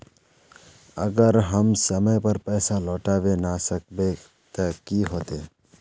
अगर हम समय पर पैसा लौटावे ना सकबे ते की होते?